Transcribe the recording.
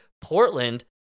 Portland